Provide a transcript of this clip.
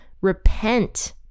repent